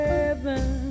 Heaven